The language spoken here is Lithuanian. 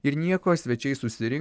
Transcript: ir nieko svečiai susirinko